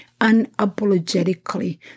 unapologetically